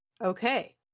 Okay